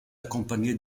accompagné